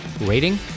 rating